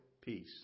peace